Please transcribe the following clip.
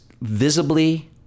visibly